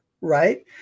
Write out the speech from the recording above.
right